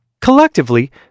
Collectively